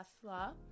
Tesla